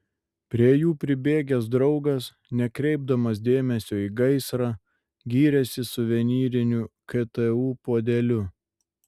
prie jų pribėgęs draugas nekreipdamas dėmesio į gaisrą gyrėsi suvenyriniu ktu puodeliu